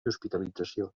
hospitalització